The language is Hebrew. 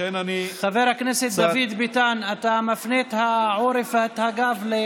חבר הכנסת דוד ביטן, אתה מפנה את העורף ואת הגב.